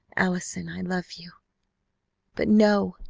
allison i love you but no!